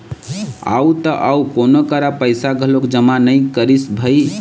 अउ त अउ कोनो करा पइसा घलोक जमा नइ करिस भई